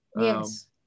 yes